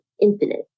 infinite